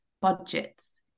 budgets